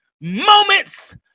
moments